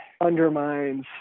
undermines